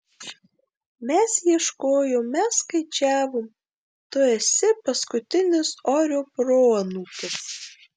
mes ieškojom mes skaičiavom tu esi paskutinis orio proanūkis